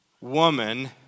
woman